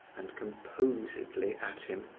and composedly at him,